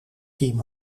team